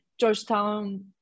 Georgetown